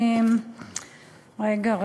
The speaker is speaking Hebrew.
רגע,